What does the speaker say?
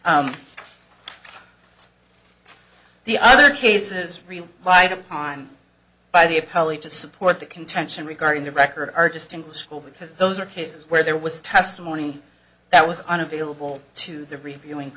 the other cases real light upon by the appellate to support the contention regarding the record are just in school because those are cases where there was testimony that was unavailable to the reviewing